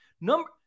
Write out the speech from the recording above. Number